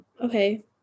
okay